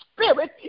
spirit